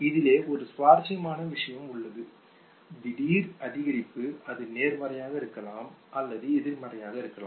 இதிலே ஒரு சுவாரஸ்யமான விஷயம் உள்ளது திடீர் அதிகரிப்பு அது நேர்மறையாக இருக்கலாம் அல்லது எதிர்மறையாக இருக்கலாம்